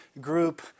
group